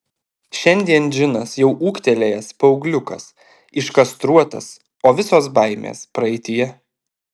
šiandien džinas jau ūgtelėjęs paaugliukas iškastruotas o visos baimės praeityje